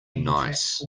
nice